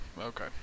Okay